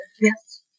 Yes